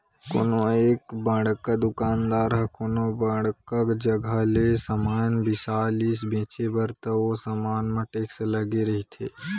कोनो एक बड़का दुकानदार ह कोनो बड़का जघा ले समान बिसा लिस बेंचे बर त ओ समान म टेक्स लगे रहिथे